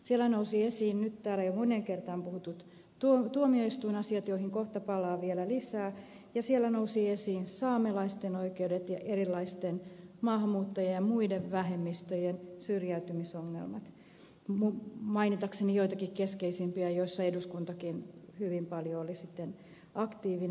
siellä nousivat esiin nyt täällä jo moneen kertaan puhutut tuomioistuinasiat joihin kohta palaan vielä lisää ja siellä nousivat esiin saamelaisten oikeudet ja erilaisten maahanmuuttajien ja muiden vähemmistöjen syrjäytymisongelmat mainitakseni joitakin keskeisimpiä joissa eduskuntakin hyvin paljon oli aktiivinen